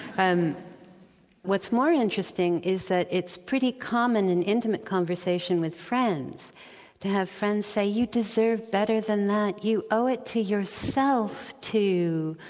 and what's more interesting is that it's pretty common in intimate conversation with friends to have friends say, you deserve better than that you owe it to yourself to.